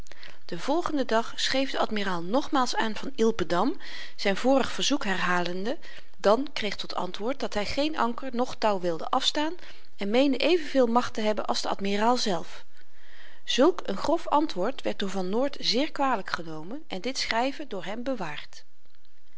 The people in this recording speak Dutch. den volgenden dag schreef de admiraal nogmaals aan van ilpendam zyn vorig verzoek herhalende dan kreeg tot antwoord dat hy geen anker noch touw wilde afstaan en meende evenveel magt te hebben als de admiraal zelf zulk een grof antwoord werd door van noort zeer kwalyk genomen en dit schryven door hem bewaard